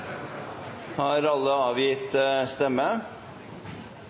Har alle avgitt stemme?